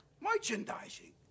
Merchandising